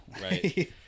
Right